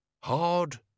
Hard